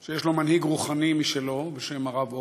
שיש לו מנהיג רוחני משלו, בשם הרב אוירבך,